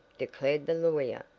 declared the lawyer,